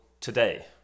today